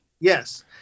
Yes